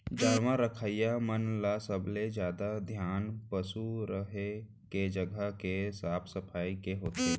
जानवर रखइया मन ल सबले जादा धियान पसु रहें के जघा के साफ सफई के होथे